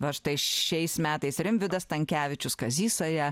na štai šiais metais rimvydas stankevičius kazys saja